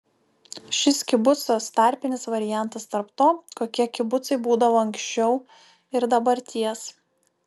šis kibucas tarpinis variantas tarp to kokie kibucai būdavo anksčiau ir dabarties